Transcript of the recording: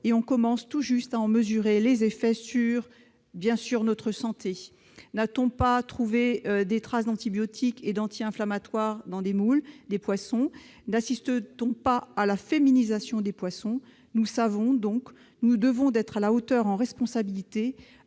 On commence tout juste à en mesurer les effets sur notre santé. N'a-t-on pas trouvé des traces d'antibiotiques et d'anti-inflammatoires dans les moules et les poissons ? N'assiste-t-on pas à la féminisation des poissons ? Nous devons nous montrer à la hauteur des enjeux et